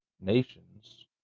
nations